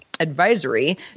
advisory